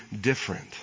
different